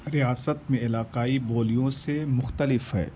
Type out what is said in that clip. ریاست میں علاقائی بولیوں سے مختلف ہے